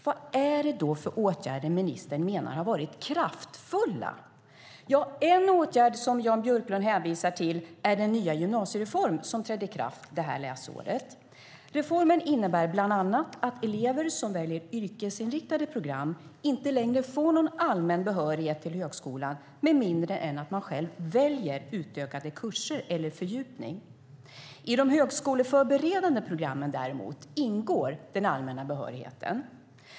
Vad är det då för åtgärder som ministern menar har varit kraftfulla? En åtgärd som Jan Björklund hänvisar till är den nya gymnasiereform som trädde i kraft detta läsår. Reformen innebär bland annat att elever som väljer yrkesinriktade program inte längre får någon allmän behörighet till högskolan med mindre än att de själva väljer utökade kurser eller fördjupning. I de högskoleförberedande programmen, däremot, ingår den allmänna behörigheten.